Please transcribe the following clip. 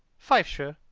fifeshire,